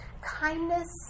kindness